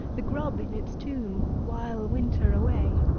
the g rub in its tomb, wile winter away